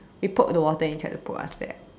we poked the water and tried to pulled us there